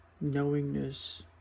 knowingness